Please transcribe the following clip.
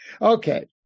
Okay